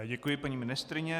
Děkuji paní ministryni.